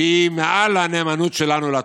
שהיא מעל הנאמנות שלנו לתורה.